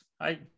Hi